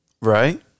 Right